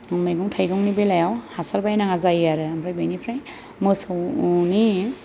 मैगं थाइगंनि बेलायाव हासार बायनाङा जायो आरो ओमफ्राय बेनिफ्राय मोसौनि